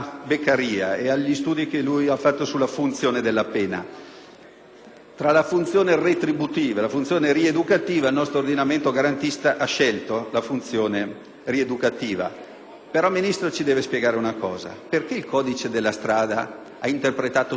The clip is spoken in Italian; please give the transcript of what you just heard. Tra la funzione retributiva e la funzione rieducativa, il nostro ordinamento garantista ha scelto la funzione rieducativa, però, signor Ministro, lei ci deve spiegare una cosa: perché il codice della strada ha interpretato solo la funzione punitiva per i reati ad esso relativi, per lo